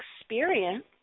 experience